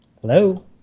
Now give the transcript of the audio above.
Hello